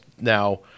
now